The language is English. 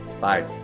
Bye